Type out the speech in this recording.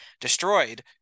destroyed